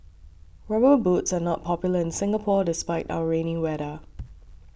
rubber boots are not popular in Singapore despite our rainy weather